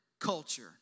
culture